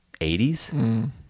80s